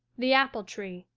the apple-tree,